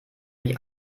mich